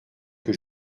que